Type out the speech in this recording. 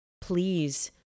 please